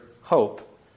hope